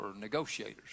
negotiators